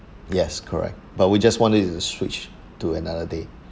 yes correct but we just want it to switch to another day